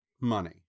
money